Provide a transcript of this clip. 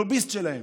לוביסט שלהם.